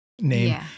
name